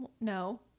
No